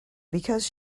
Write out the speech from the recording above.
because